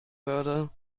würde